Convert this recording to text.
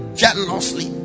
jealously